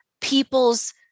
people's